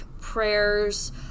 prayers